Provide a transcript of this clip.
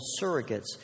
Surrogates